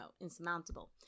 insurmountable